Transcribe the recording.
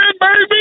baby